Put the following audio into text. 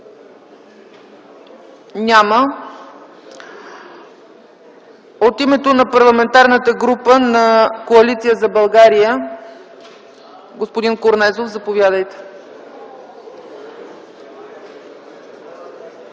Няма. От името на Парламентарната група на Коалиция за България, господин Корнезов, заповядайте.